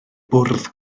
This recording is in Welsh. bwrdd